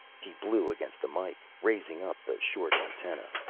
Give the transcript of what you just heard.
he blew against the mike, raising up the short antenna.